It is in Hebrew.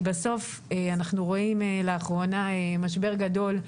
כי בסוף אנחנו רואים לאחרונה משבר גדול,